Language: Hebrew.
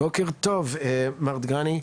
בוקר טוב מר דגני,